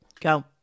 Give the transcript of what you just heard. Go